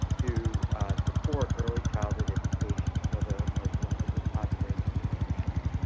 to support early childhood education for the most vulnerable population and their families.